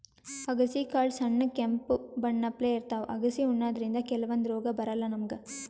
ಅಗಸಿ ಕಾಳ್ ಸಣ್ಣ್ ಕೆಂಪ್ ಬಣ್ಣಪ್ಲೆ ಇರ್ತವ್ ಅಗಸಿ ಉಣಾದ್ರಿನ್ದ ಕೆಲವಂದ್ ರೋಗ್ ಬರಲ್ಲಾ ನಮ್ಗ್